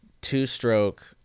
two-stroke